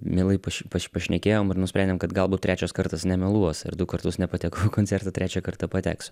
mielai paš pašnekėjom ir nusprendėm kad galbūt trečias kartas nemeluos ir du kartus nepatekau į koncertą trečią kartą pateksiu